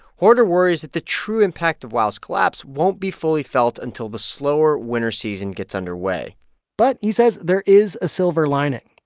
hordur worries that the true impact of wow's collapse won't be fully felt until the slower winter season gets underway but he says there is a silver lining.